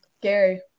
Gary